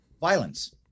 Violence